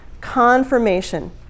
Confirmation